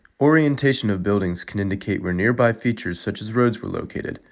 orientation of buildings can indicate where nearby features such as roads were located.